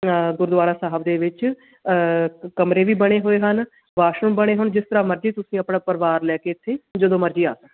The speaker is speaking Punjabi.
ਗੁਰਦੁਆਰਾ ਸਾਹਿਬ ਦੇ ਵਿੱਚ ਕਮਰੇ ਵੀ ਬਣੇ ਹੋਏ ਹਨ ਵਾਸ਼ਰੂਮ ਬਣੇ ਹਨ ਜਿਸ ਤਰ੍ਹਾਂ ਮਰਜ਼ੀ ਤੁਸੀਂ ਆਪਣਾ ਪਰਿਵਾਰ ਲੈ ਕੇ ਇੱਥੇ ਜਦੋਂ ਮਰਜ਼ੀ ਆ ਜੋ